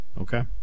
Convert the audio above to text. Okay